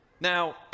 Now